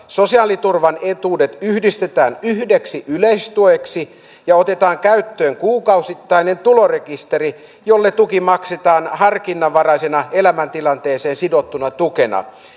sosiaaliturvan etuudet yhdistetään yhdeksi yleistueksi ja otetaan käyttöön kuukausittainen tulorekisteri jolle tuki maksetaan harkinnanvaraisena elämäntilanteeseen sidottuna tukena